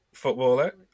footballer